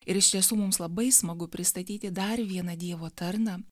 ir iš tiesų mums labai smagu pristatyti dar vieną dievo tarną